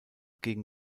gegen